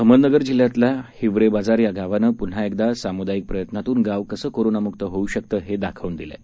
अहमदनगर जिल्ह्यातल्या हिवरेबाजार या गावानं प्न्हा एकदा साम्दायिक प्रयत्नातून गाव कसे कोरोना म्क्त होऊ शकते हे दाखवून दिले आहे